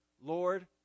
Lord